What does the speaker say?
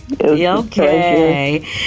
Okay